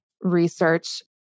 research